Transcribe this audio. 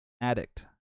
addict